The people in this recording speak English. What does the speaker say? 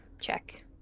check